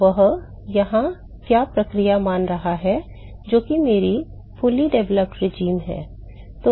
तो वह यहाँ क्या प्रक्रिया मान रहा है जो मेरी पूर्ण विकसित व्यवस्था है